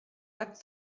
bat